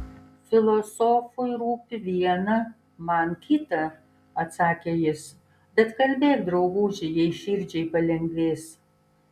filosofui rūpi viena man kita atsakė jis bet kalbėk drauguži jei širdžiai palengvės